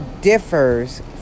differs